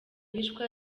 wishwe